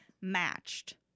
matched